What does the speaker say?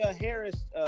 Harris